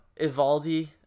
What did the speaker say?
Ivaldi